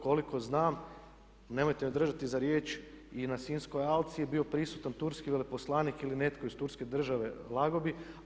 Koliko znam nemojte me držati za riječ i na Sinjskoj alci je bio prisutan turski veleposlanik ili netko iz turske države lagao bih.